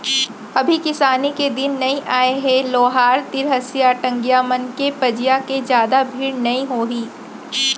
अभी किसानी के दिन नइ आय हे लोहार तीर हँसिया, टंगिया मन के पजइया के जादा भीड़ नइ होही